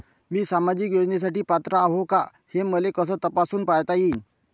मी सामाजिक योजनेसाठी पात्र आहो का, हे मले कस तपासून पायता येईन?